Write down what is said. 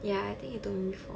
ya I think you told me before